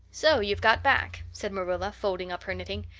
so you've got back? said marilla, folding up her knitting.